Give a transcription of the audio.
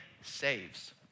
saves